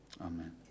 Amen